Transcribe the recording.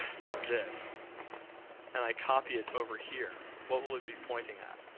like this and i copy it over here, what will it be pointing at?